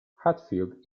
hatfield